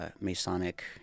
masonic